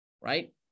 right